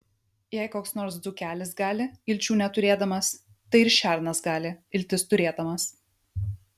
jei koks nors dzūkelis gali ilčių neturėdamas tai ir šernas gali iltis turėdamas